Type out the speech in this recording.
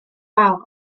fawr